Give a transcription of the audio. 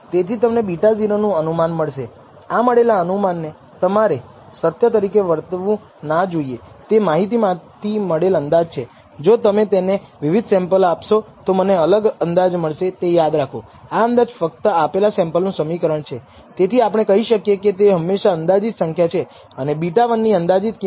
તેથી જેમકે મેં કહ્યું હતું કે આ પૂર્વધારણા પરીક્ષણ કરવા માટે F સ્ટેટિસ્ટિક્સ એ ઘટાડેલા મોડેલ માટે ફિટની યોગ્યતામાં તફાવતની ગણતરી કરવી છે જે હંમેશા વધારે હોય છે વૈકલ્પિક પૂર્વધારણા માટે ફિટ SSEની યોગ્યતા